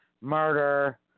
murder